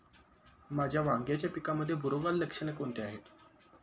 माझ्या वांग्याच्या पिकामध्ये बुरोगाल लक्षणे कोणती आहेत?